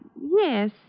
yes